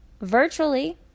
virtually